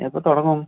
എപ്പം തുടങ്ങും